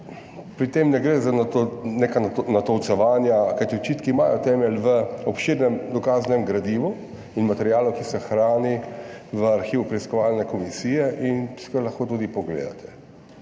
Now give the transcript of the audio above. pri tem ne gre za neka natolcevanja, kajti očitki imajo temelj v obširnem dokaznem gradivu in materialu, ki se hrani v arhivu preiskovalne komisije in si ga lahko tudi pogledate.